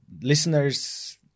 listeners